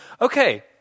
okay